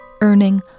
earning